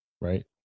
Right